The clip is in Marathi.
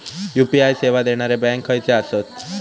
यू.पी.आय सेवा देणारे बँक खयचे आसत?